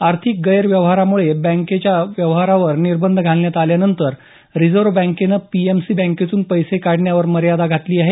आर्थिक गैरव्यवहारामुळे बँकेच्या व्यवहारांवर निर्बंध घालण्यात आल्यानंतर रिजव्ह बँकेनं पीएमसी बँकेतून पैसे काढण्यावर मर्यादा घातली आहे